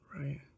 Right